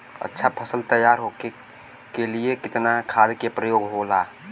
अच्छा फसल तैयार होके के लिए कितना खाद के प्रयोग होला?